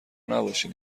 نباشین